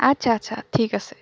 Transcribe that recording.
আচ্ছা আচ্ছা ঠিক আছে